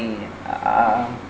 uh